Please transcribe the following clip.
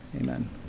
Amen